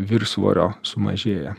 viršsvorio sumažėja